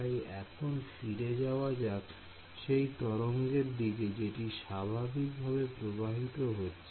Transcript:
তাই এখন ফিরে যাওয়া যাক সেই তরঙ্গের দিকে যেটি স্বাভাবিক ভাবে প্রবাহিত হচ্ছে